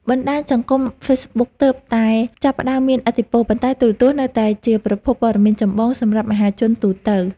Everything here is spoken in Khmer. បណ្តាញសង្គមហ្វេសប៊ុកទើបតែចាប់ផ្តើមមានឥទ្ធិពល ប៉ុន្តែទូរទស្សន៍នៅតែជាប្រភពព័ត៌មានចម្បងសម្រាប់មហាជនទូទៅ។